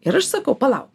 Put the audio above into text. ir aš sakau palauk